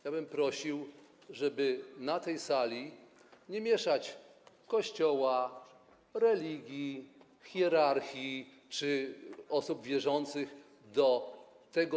Ja bym prosił, żeby na tej sali nie mieszać Kościoła, religii, hierarchii czy osób wierzących do tego.